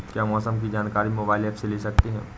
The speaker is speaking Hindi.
क्या मौसम की जानकारी मोबाइल ऐप से ले सकते हैं?